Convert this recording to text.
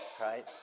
right